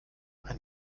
ein